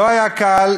לא היה קל,